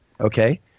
okay